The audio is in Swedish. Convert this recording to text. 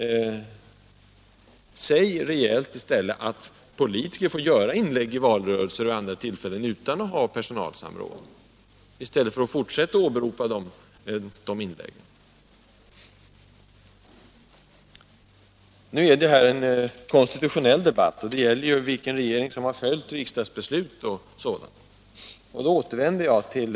Säg i stället klart ut att politiker får göra inlägg i valrörelser och vid andra tillfällen utan något föregående personalsamråd! Gör det i stället för att fortsätta att åberopa de inläggen. Nu är ju det här en konstitutionell debatt, och det gäller vilken regering som har följt riksdagens beslut. Jag återvänder då till riksdagsbeslutet 1975.